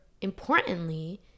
importantly